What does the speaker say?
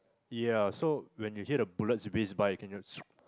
ya so when you hear the bullet whizz by you can just